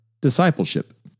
discipleship